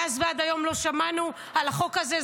מאז ועד היום לא שמענו על החוק הזה.